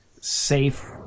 safe